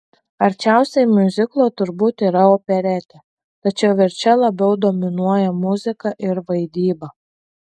arčiausiai miuziklo turbūt yra operetė tačiau ir čia labiau dominuoja muzika ir vaidyba